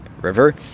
River